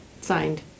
Signed